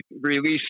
released